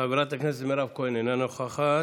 חברת הכנסת מירב כהן, אינה נוכחת.